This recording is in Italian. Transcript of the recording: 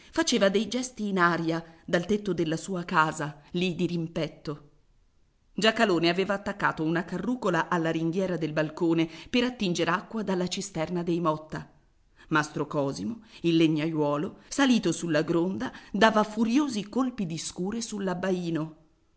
faceva dei gesti in aria dal tetto della sua casa lì dirimpetto giacalone aveva attaccata una carrucola alla ringhiera del balcone per attinger acqua dalla cisterna dei motta mastro cosimo il legnaiuolo salito sulla gronda dava furiosi colpi di scure sull'abbaino